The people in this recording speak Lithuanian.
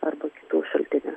arba kitų šaltinių